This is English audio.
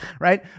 right